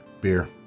Beer